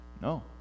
No